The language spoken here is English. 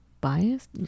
biased